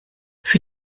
für